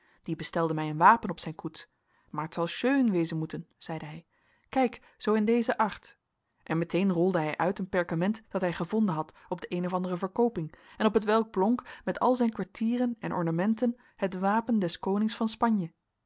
die bestelde mij een wapen op zijn koets maar t zol schön wèzen moeten zeide hij kijk zoo in dezen art en meteen rolde bij uit een perkament dat hij gevonden had op de een of andere verkooping en op t welk blonk met al zijn quartieren en ornamenten het wapen des konings van spanje